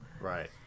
Right